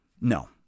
No